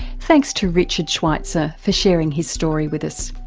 thanks to richard schweizer for sharing his story with us.